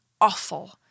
awful